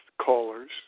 callers